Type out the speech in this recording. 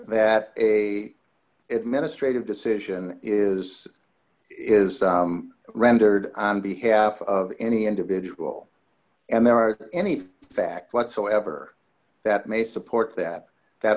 that a it ministry of decision is is rendered on behalf of any individual and there are any facts whatsoever that may support that that